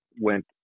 went